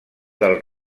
del